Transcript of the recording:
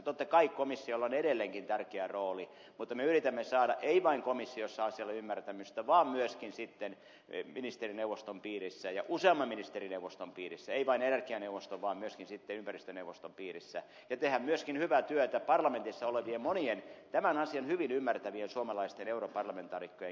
totta kai komissiolla on edelleenkin tärkeä rooli mutta me yritämme saada ei vain komissiossa asialle ymmärtämystä vaan myöskin sitten ministerineuvoston piirissä ja useamman ministerineuvoston piirissä ei vain energianeuvoston vaan myöskin sitten ympäristöneuvoston piirissä ja tehdä myöskin hyvää työtä parlamentissa olevien monien tämän asian hyvin ymmärtävien suomalaisten europarlamentaarikkojen kanssa